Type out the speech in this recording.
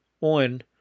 on